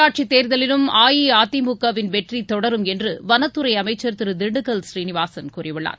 உள்ளாட்சி தேர்தலிலும் அஇஅதிமுக வின் வெற்றி தொடரும் என்று வனத்துறை அமைச்சர் திரு திண்டுக்கல் சீனிவாசன் கூறியுள்ளார்